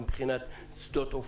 של חיל האוויר.